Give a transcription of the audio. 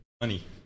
money